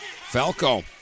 Falco